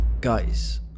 Guys